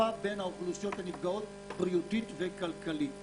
חפיפה בין האוכלוסיות הנפגעות בריאותית וכלכלית.